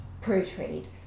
pro-trade